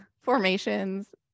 formations